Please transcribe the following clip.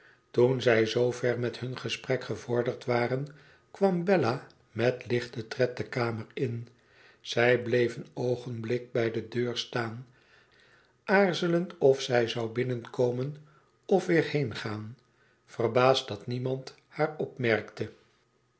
toen zij zoo ver met hun gesprek gevorderd waren kwam bella met lichten tred de kamer m zij bleef een oogenblik bij de deur staan aarzelend of zij zou binnenkomen of weer heengaan verbaasd dat niemand haar opmerkte